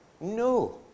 No